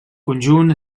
conjunt